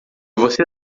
você